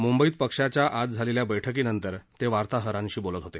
मुंबईत पक्षाच्या आज झालेल्या बैठकीनंतर ते वार्ताहरांशी बोलत होते